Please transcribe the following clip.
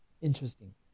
interesting